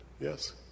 Yes